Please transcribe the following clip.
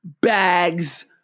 bags